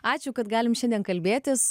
ačiū kad galim šiandien kalbėtis